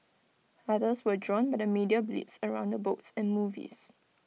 others were drawn by the media blitz around the books and movies